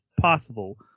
possible